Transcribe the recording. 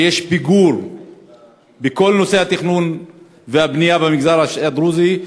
שיש פיגור בכל נושא התכנון והבנייה במגזר הדרוזי,